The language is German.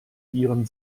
ihren